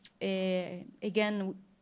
again